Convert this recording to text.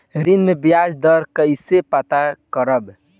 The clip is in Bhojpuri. ऋण में बयाज दर कईसे पता करब?